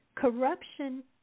Corruption